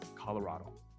Colorado